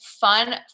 fun